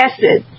Acid